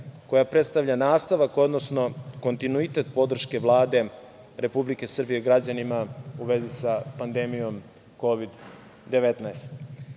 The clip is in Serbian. koja predstavlja nastavak, odnosno kontinuitet podrške Vlade Republike Srbije građanima u vezi sa pandemijom Kovid-19.Kada